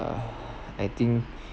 uh I think